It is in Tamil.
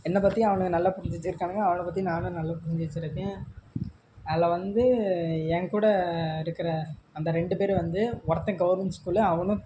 என்னை பற்றி அவனுங்க நல்லா புரிஞ்சு வெச்சுருக்கானுங்க அவனை பற்றியும் நானும் நல்லா புரிஞ்சு வெச்சுருக்கேன் அதில் வந்து எங்கூட இருக்கிற அந்த ரெண்டு பேரும் வந்து ஒருத்தன் கவர்மெண்ட் ஸ்கூலு அவனும்